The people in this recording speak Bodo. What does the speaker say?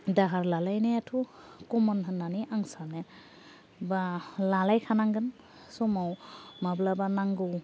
दाहार लालायनायाथ' कमन होन्नानै आं सानो बा लालायखानांगोन समाव माब्लाबा नांगौ